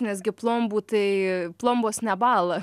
nes gi plombų tai plombos nebąla